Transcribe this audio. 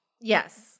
Yes